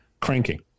cranking